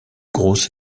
grosses